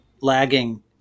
lagging